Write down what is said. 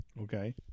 Okay